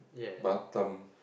Batam